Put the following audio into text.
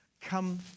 come